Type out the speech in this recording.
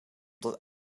tot